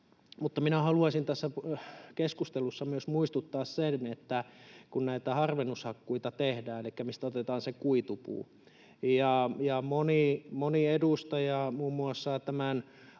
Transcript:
Mutta minä haluaisin tässä keskustelussa myös muistuttaa siitä, että kun näitä harvennushakkuita tehdään, elikkä mistä otetaan se kuitupuu — ja moni edustaja muun muassa tämän